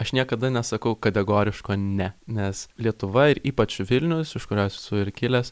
aš niekada nesakau kategoriško ne nes lietuva ir ypač vilnius iš kurio esu ir kilęs